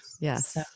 Yes